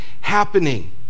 happening